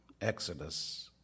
Exodus